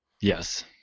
Yes